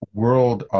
world